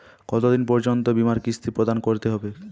কতো দিন পর্যন্ত বিমার কিস্তি প্রদান করতে হবে?